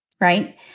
right